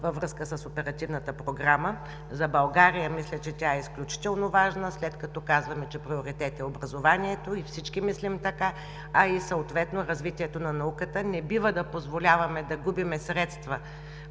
във връзка с Оперативната програма. За България мисля, че тя е изключително важна, след като казваме, че приоритет е образованието и всички мислим така, а и съответно развитието на науката. Не бива да позволяваме да губим средства